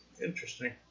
Interesting